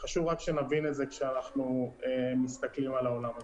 וחשוב שנבין את זה כשאנחנו מסתכלים על העולם הזה.